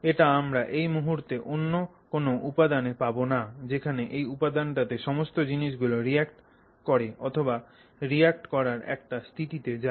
এটা আমরা এই মুহূর্তে অন্য কোন উপাদানে পাবো না যেখানে ওই উপাদানটাতে সমস্ত জিনিসগুলো রিঅ্যাক্ট করে অথবা রিঅ্যাক্ট করার একটা স্থিতিতে যায়